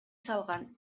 салган